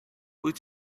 wyt